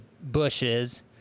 bushes